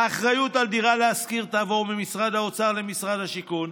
האחריות על דירה להשכיר תעבור ממשרד האוצר למשרד השיכון,